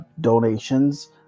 donations